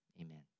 Amen